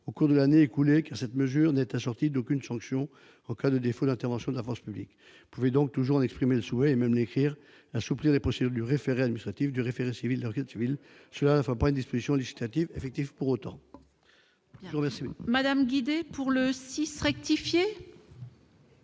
au cours de l'année écoulée, car cette mesure n'est assortie d'aucune sanction en cas de défaut d'intervention de la force publique. Vous pouvez donc toujours en exprimer le souhait et même l'écrire, assouplir les procédures du référé administratif, du référé civil et de la requête civile, cela n'en fera pas une disposition législative effective pour autant. L'amendement n° 6 rectifié,